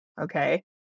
okay